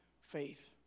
faith